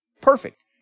Perfect